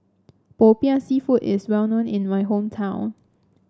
Popiah seafood is well known in my hometown